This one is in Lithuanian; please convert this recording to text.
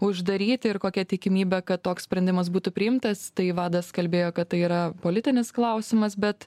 uždaryti ir kokia tikimybė kad toks sprendimas būtų priimtas tai vadas kalbėjo kad tai yra politinis klausimas bet